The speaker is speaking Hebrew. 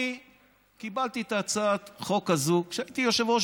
אני קיבלתי את הצעת החוק הזאת כשהייתי יושב-ראש